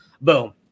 boom